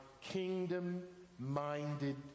kingdom-minded